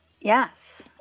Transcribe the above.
Yes